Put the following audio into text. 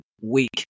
week